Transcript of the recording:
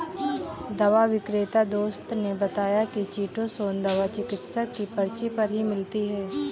दवा विक्रेता दोस्त ने बताया की चीटोसोंन दवा चिकित्सक की पर्ची पर ही मिलती है